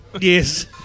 Yes